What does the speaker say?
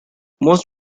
most